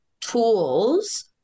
tools